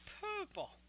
Purple